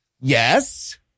Yes